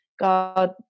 god